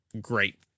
great